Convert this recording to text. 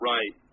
Right